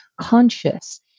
conscious